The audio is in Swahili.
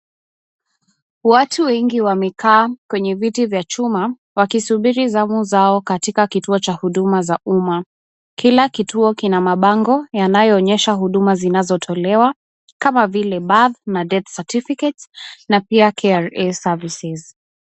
Watu wengi wamekaa kwenye viti vya chuma ,wakisubiri zamu zao katika kituo cha huduma za uma. Kila kituo kina mabango yanayo onyesha huduma zinazotolewa kama vile birth na death certificates na pia KRA services .